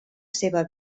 seva